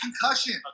concussion